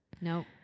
no